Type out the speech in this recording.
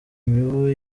mibu